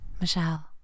michelle